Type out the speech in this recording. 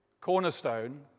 cornerstone